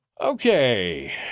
okay